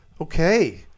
Okay